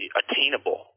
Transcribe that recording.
attainable